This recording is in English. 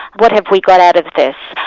what have we got out of this?